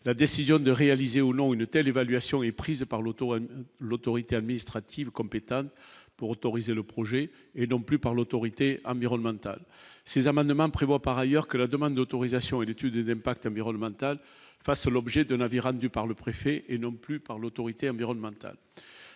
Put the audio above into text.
la décision de réaliser ou non une telle évaluation est prise par l'auto, l'autorité administrative compétente pour autoriser le projet et non plus par l'autorité environnementale ces amendements prévoient par ailleurs que la demande d'autorisation et l'étude d'un pacte environnemental fassent l'objet de navires attendus par le préfet et non plus par l'autorité environnementale,